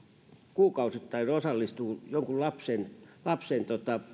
kuukausittain osallistuu jonkun lapsen lapsen